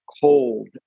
cold